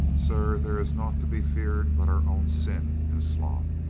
sir, there is naught to be feared but our own sin and sloth.